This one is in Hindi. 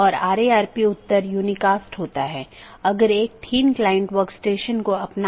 इसलिए आज हम BGP प्रोटोकॉल की मूल विशेषताओं पर चर्चा करेंगे